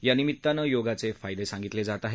यानिमित्तानं योगाचे फायदे सांगितले जात आहेत